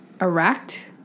erect